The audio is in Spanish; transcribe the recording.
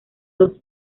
los